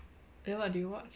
then what do you watch